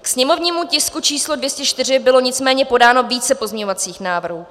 Ke sněmovnímu tisku číslo 204 bylo nicméně podáno více pozměňovacích návrhů.